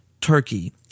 turkey